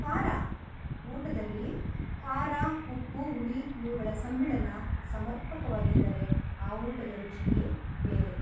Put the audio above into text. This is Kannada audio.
ಖಾರ ಊಟದಲ್ಲಿ ಖಾರ ಉಪ್ಪು ಹುಳಿ ಇವುಗಳ ಸಮ್ಮಿಲನ ಸಮರ್ಪಕವಾಗಿದ್ದರೆ ಆ ಊಟದ ರುಚಿಯೇ ಬೇರೆ